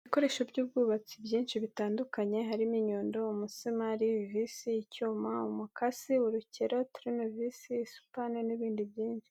Ibikoresho by'ubwubatsi byinshi bitandukanye: harimo inyundo, umusumari, ivisi, icyuma, umukasi, urukero, turunevisi, isupani n'ibindi byinshi.